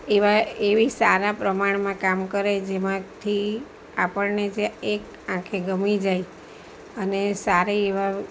એવા એવી સારા પ્રમાણમાં કામ કરે જેમાંથી આપણને એક આંખે ગમી જાય અને સારી એવા